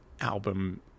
album